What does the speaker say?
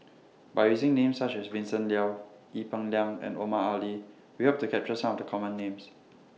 By using Names such as Vincent Leow Ee Peng Liang and Omar Ali We Hope to capture Some of The Common Names